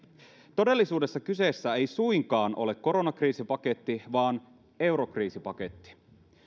todellisuudessa kyseessä ei suinkaan ole koronakriisipaketti vaan eurokriisipaketti